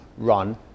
run